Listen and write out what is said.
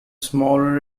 smaller